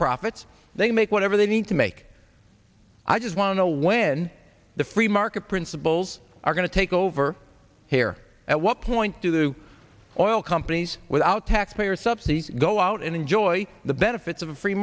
profits they make whatever they need to make i just wanna know when the free market principles are going to take over here at what point do the oil companies without taxpayer subsidy go out and enjoy the benefits of a free